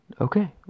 Okay